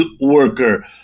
worker